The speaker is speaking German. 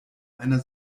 einer